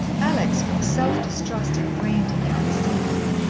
alex, with the self-distrust engrained in the unstable,